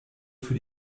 für